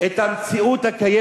אנחנו צריכים לחיות את המציאות הקיימת